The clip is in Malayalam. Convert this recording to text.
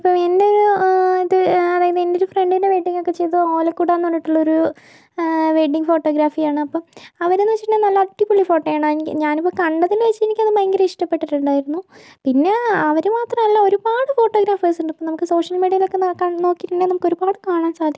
ഇപ്പോൾ എൻ്റൊരു അതായത് എൻ്റെ ഫ്രണ്ടിൻ്റെ വെഡ്ഡിങ് ഒക്കെ ചെയ്തത് ഓലക്കുടാന്ന് പറഞ്ഞിട്ടുള്ളൊരു വെഡ്ഡിങ് ഫോട്ടോഗ്രഫിയാണ് അപ്പോൾ അവരെന്ന് വെച്ചിട്ടുണ്ടെങ്കിൽ നല്ല അടിപൊളി ഫോട്ടോയാണ് ഞാനിപ്പോൾ കണ്ടതില് വെച്ച് എനിക്കത് ഭയങ്കര ഇഷ്ടപ്പെട്ടിട്ടുണ്ടായിരുന്നു പിന്നെ അവര് മാത്രല്ല ഒരുപാട് ഫോട്ടോ ഗ്രാഫേഴ്സുണ്ട് ഇപ്പോൾ നമുക്ക് സോഷ്യൽ മീഡിയയിലൊക്കെ നോക്കിട്ടുണ്ടെങ്കിൽ നമുക്കൊരുപാട് കാണാൻ സാധിക്കും